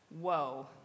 whoa